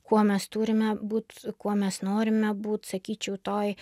kuo mes turime būt kuo mes norime būt sakyčiau toj